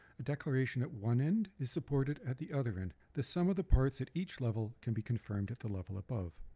a declaration at one end is supported at the other end. the sum of the parts at each level can be confirmed at the level above.